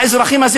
האזרחים האלה,